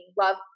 love